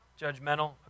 Judgmental